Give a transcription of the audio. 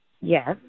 Yes